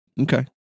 Okay